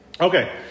Okay